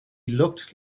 looked